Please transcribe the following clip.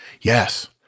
Yes